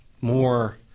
more